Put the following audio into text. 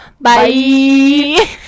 Bye